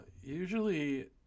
usually